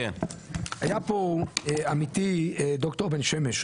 היה פה עמיתי ד"ר בן שמש,